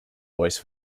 voice